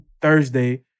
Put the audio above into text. Thursday